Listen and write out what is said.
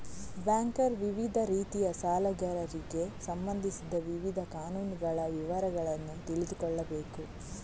banker ವಿವಿಧ ರೀತಿಯ ಸಾಲಗಾರರಿಗೆ ಸಂಬಂಧಿಸಿದ ವಿವಿಧ ಕಾನೂನುಗಳ ವಿವರಗಳನ್ನು ತಿಳಿದುಕೊಳ್ಳಬೇಕು